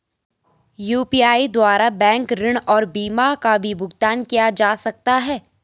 UPI द्वारा bank ऋण और बीमा का भी भुगतान किया जा सकता है?